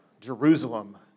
Jerusalem